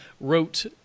wrote